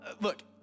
Look